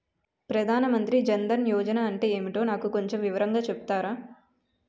ప్రధాన్ మంత్రి జన్ దన్ యోజన అంటే ఏంటో నాకు కొంచెం వివరంగా చెపుతారా?